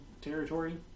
territory